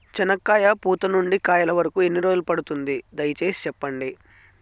చెనక్కాయ పూత నుండి కాయల వరకు ఎన్ని రోజులు పడుతుంది? దయ సేసి చెప్పండి?